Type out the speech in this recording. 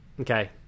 okay